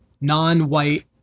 non-white